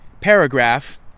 paragraph